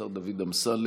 השר דוד אמסלם,